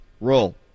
Roll